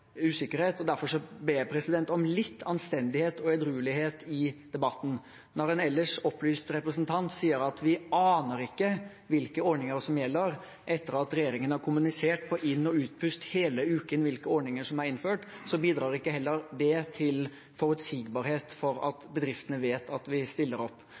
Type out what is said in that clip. Derfor ber jeg om litt anstendighet og edruelighet i debatten. Når en ellers opplyst representant sier at man ikke aner hvilke ordninger som gjelder, etter at regjeringen har kommunisert på inn- og utpust hele uken hvilke ordninger som er innført, bidrar heller ikke det til forutsigbarhet for at bedriftene vet at vi stiller opp